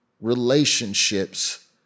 relationships